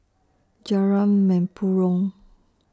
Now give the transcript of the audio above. Jalan Mempurong